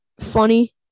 funny